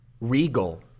regal